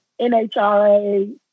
NHRA